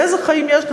ואיזה חיים יש לו,